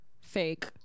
fake